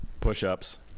push-ups